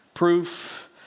Proof